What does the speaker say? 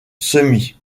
semis